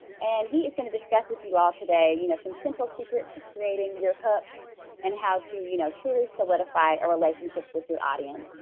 and he is going to discuss with you all today you know some simple secrets to creating your hook and how to you know truly solidify a relationship with your audience.